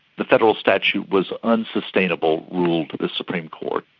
the federal statute was unsustainable, ruled the supreme court.